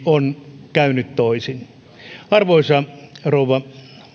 on käynyt toisin arvoisa rouva